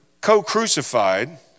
co-crucified